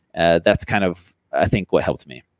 ah that's kind of i think what helps me.